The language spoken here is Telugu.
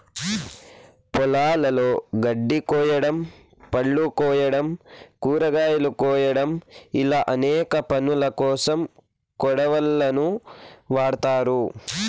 పొలాలలో గడ్డి కోయడం, పళ్ళు కోయడం, కూరగాయలు కోయడం ఇలా అనేక పనులకోసం కొడవళ్ళను వాడ్తారు